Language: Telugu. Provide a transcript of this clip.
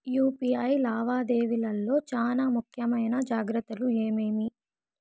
యు.పి.ఐ లావాదేవీల లో చానా ముఖ్యమైన జాగ్రత్తలు ఏమేమి?